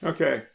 Okay